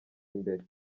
imbere